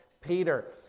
Peter